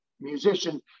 musician